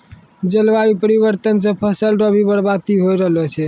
जलवायु परिवर्तन से फसल रो भी बर्बादी हो रहलो छै